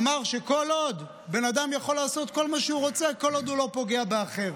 הוא אמר שבן אדם יכול לעשות כל מה שהוא רוצה כל עוד הוא לא פוגע באחר.